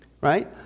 right